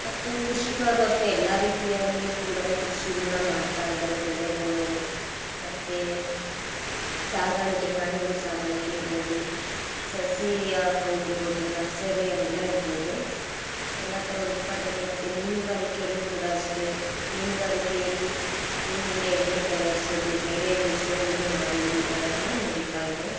ಮತ್ತು ಕೃಷಿಕರು ಅಷ್ಟೇ ಎಲ್ಲ ರೀತಿಯಲ್ಲಿ ಕೂಡ ಕೃಷಿಗಳ್ನ ಮಾಡ್ತಾಯಿದ್ದಾರೆ ಬೆಳೆಗಳು ಮತ್ತೆ ಸಾಗಾಣಿಕೆ ಪ್ರಾಣಿಗಳ್ ಸಾಗಾಣಿಕೆ ಇರ್ಬೋದು ಸಸಿ ಹಾಕುವಾಗ್ ಇರ್ಬೋದು ನರ್ಸರಿ ಅವೆಲ್ಲ ಇರ್ಬೋದು ಎಲ್ಲ ಥರ ಉತ್ಪಾದನೆ ಮತ್ತು ಮೀನುಗಾರಿಕೆಯಲ್ಲೂ ಕೂಡ ಅಷ್ಟೇ ಮೀನುಗಾರಿಕೆಯಲ್ಲಿ ಮೀನಿನಿಂದ ಎಣ್ಣೆ ತಯಾರ್ಸೋದು ಬೇರೆ ದೇಶಗಳಿಗೆ ಮಾರುವುದು ಈ ಥರ ಎಲ್ಲ ನಡೀತಾ ಇದೆ